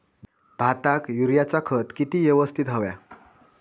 भाताक युरियाचा खत किती यवस्तित हव्या?